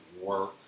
work